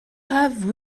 have